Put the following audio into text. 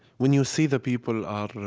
when you see the people are